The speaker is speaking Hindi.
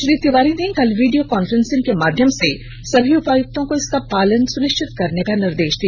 श्री तिवारी ने कल वीडियो कॉन्फ्रेंसिंग के माध्यम से सभी उपायुक्तों को इसका पालन सुनिष्वित करने का निर्देष दिया